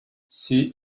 see